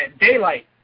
Daylight